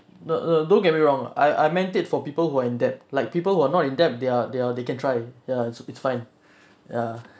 no no don't get me wrong I I meant it for people who are in debt like people who are not in debt they are they are they can try ya it's fine ya